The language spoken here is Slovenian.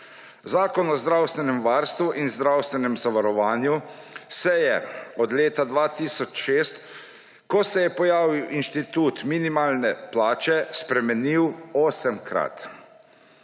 Zakon o zdravstvenem varstvu in zdravstvenem zavarovanju se je od leta 2006, ko se je pojavil inštitut minimalne plače, spremenil osemkrat.